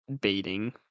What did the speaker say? baiting